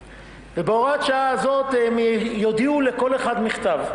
ובהוראת שעה הזאת הם יודיעו לכל אחד בכתב,